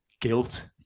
guilt